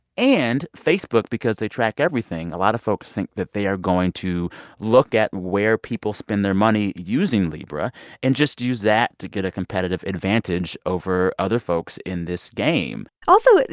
and facebook, because they track everything a lot of folks think that they are going to look at where people spend their money using libra and just use that to get a competitive advantage over other folks in this game also,